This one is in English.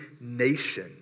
nation